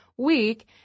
Weak